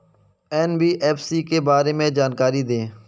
NBFC के बारे में जानकारी दें?